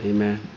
Amen